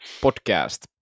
podcast